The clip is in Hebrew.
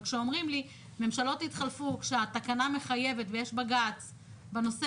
אבל כשהתקנה מחייבת ויש בג"ץ בנושא,